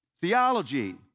Theology